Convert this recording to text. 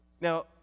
Now